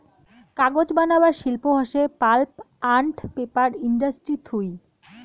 কাগজ বানাবার শিল্প হসে পাল্প আন্ড পেপার ইন্ডাস্ট্রি থুই